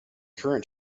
current